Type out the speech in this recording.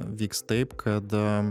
vyks taip kad